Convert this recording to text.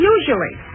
Usually